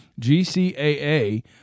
GCAA